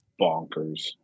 bonkers